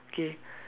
okay